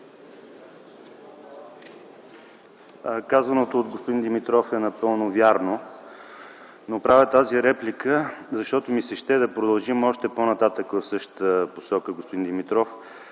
Казаното от господин Димитров е напълно вярно. Правя тази реплика, защото ми се ще да продължим още по-нататък в същата посока, господин Димитров,